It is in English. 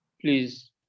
please